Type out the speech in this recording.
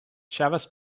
chavez